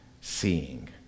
seeing